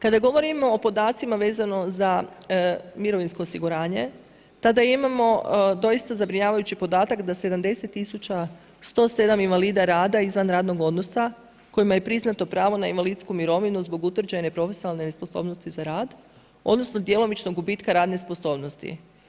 Kada govorimo o podacima vezano za mirovinsko osiguranje, tada imamo doista zabrinjavajući podatak da 70 tisuća 107 invalida rada izvan radnog odnosa, kojima je priznato pravo na invalidsku mirovinu zbog utvrđene profesionalne nesposobnosti za rad, odnosno djelomičnog gubitka radne sposobnosti.